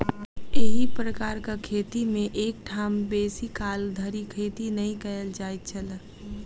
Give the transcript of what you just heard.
एही प्रकारक खेती मे एक ठाम बेसी काल धरि खेती नै कयल जाइत छल